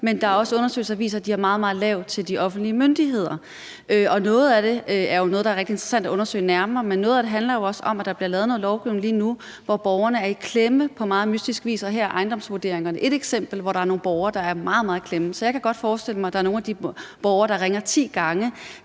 at de har en meget, meget lav tillid til de offentlige myndigheder. Noget af det er jo rigtig interessant at undersøge nærmere, men noget af det handler jo også om, at der bliver lavet noget lovgivning lige nu, hvor borgerne på meget mystisk vis er i klemme. Og her er ejendomsvurderingerne ét eksempel på, at der er nogle borgere, der er meget, meget i klemme. Så jeg kan godt forestille mig, at der er nogle af de borgere, der ringer ti gange